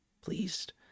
pleased